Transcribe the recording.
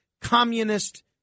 communist